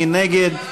מי נגד?